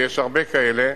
ויש הרבה כאלה,